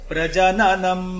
Prajananam